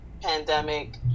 pandemic